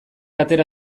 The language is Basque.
atera